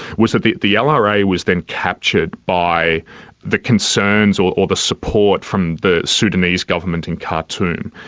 was that the the yeah lra lra was then captured by the concerns or or the support from the sudanese government in khartoum,